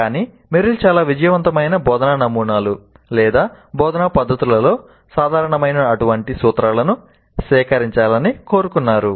కానీ మెరిల్ చాలా విజయవంతమైన బోధనా నమూనాలు లేదా బోధనా పద్ధతులలో సాధారణమైన అటువంటి సూత్రాలను సేకరించాలని కోరుకున్నారు